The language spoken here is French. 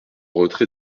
retrait